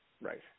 Right